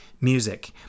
music